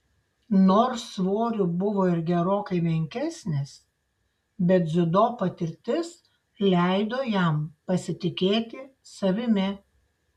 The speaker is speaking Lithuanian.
nors svoriu buvo ir gerokai menkesnis bet dziudo patirtis leido jam pasitikėti savimi